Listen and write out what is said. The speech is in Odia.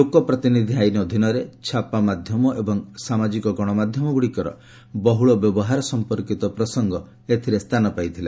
ଲୋକପ୍ରତିନିଧି ଆଇନ ଅଧୀନରେ ଛାପା ମାଧ୍ୟମ ଏବଂ ସାମାଜିକ ଗଣମାଧ୍ୟମଗୁଡ଼ିକର ବହୁଳ ବ୍ୟବହାର ସଂପର୍କିତ ପ୍ରସଙ୍ଗ ଏଥିରେ ସ୍ଥାନ ପାଇଥିଲା